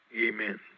amen